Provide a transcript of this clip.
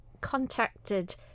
contacted